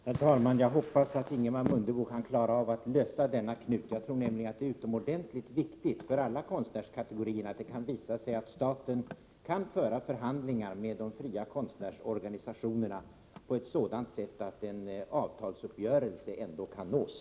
Herr talman! Jag hoppas att Ingemar Mundebo kan klara av att lösa denna knut. Jag tror nämligen att det är utomordentligt viktigt för alla konstnärskategorier att det visar sig att staten kan föra förhandlingar med de fria konstnärsorganisationerna på ett sådant sätt att en avtalsuppgörelse kan nås.